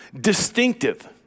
distinctive